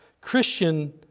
Christian